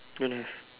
don't have